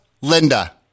Linda